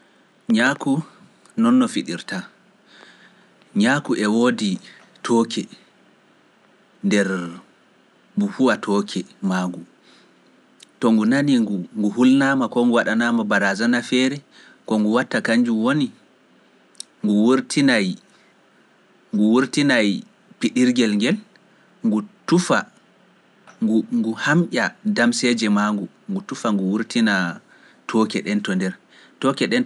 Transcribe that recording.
Ñaaku noon no fiɗirta, ñaaku e woodi tooke nder mbuhuwa tooke maangu, to ngu nani ngu hulnama ko ngu waɗanama barazana feere, ko ngu watta kanjum woni, ngu wurtinay piɗirgel ngel, ngu tufa, ngu hamƴa damseeje maangu ngu tuufa ngu wurtina toke ɗen to nder. toke ɗen natta banndu ndun